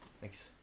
thanks